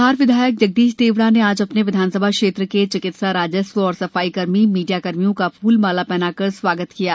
मल्हारगढ़ विधायक जगदीश देवड़ा ने आज अपने विधानसभा क्षेत्र के चिकित्सा राजस्व और सफाई कर्मी एवं मीडिया कर्मियों का फूल माला पहनाकर सम्मान किया गया